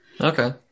Okay